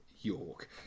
York